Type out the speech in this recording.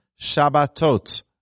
Shabbatot